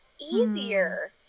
easier